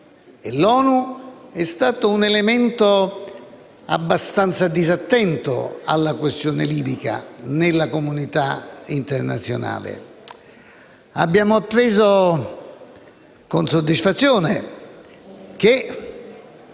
L'ONU è stato un elemento abbastanza disattento alla questione libica nella comunità internazionale. Abbiamo appreso con soddisfazione che